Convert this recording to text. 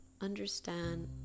understand